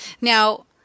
Now